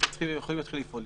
אנחנו יכולים להתחיל לפעול.